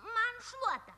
man šluotą